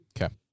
Okay